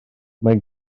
mae